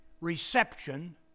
reception